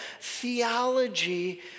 theology